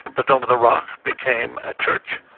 the dome of the rock became a church,